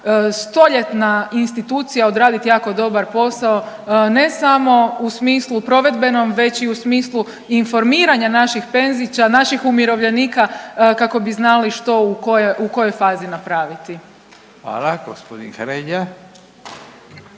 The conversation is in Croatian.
stoljetna institucija odradit jako dobar posao, ne samo u smislu provedbenom već i u smislu informiranja naših penzića, naših umirovljenika kako bi znali što u kojoj fazi napraviti. **Radin,